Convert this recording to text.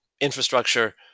infrastructure